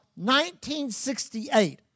1968